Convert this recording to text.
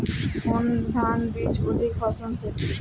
কোন ধান বীজ অধিক ফলনশীল?